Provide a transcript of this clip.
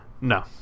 No